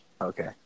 okay